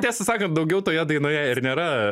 tiesą sakant daugiau toje dainoje ir nėra